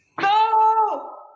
No